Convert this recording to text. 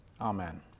Amen